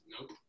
Nope